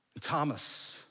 Thomas